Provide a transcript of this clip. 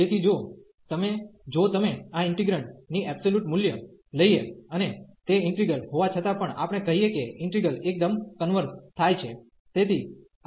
તેથી જો તમે જો તમે આ ઇન્ટિગ્રેન્ડ ની મૂલ્ય લઈએ અને તે ઇન્ટિગ્રલ હોવા છતાં પણ આપણે કહીએ કે ઇન્ટિગ્રલ એકદમ કન્વર્ઝ થાય છે